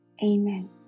Amen